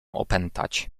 opętać